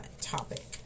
topic